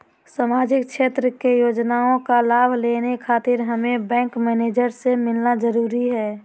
सामाजिक क्षेत्र की योजनाओं का लाभ लेने खातिर हमें बैंक मैनेजर से मिलना जरूरी है?